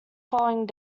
following